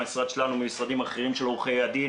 מהמשרד שלנו ומשרדים אחרים של עורכי דין,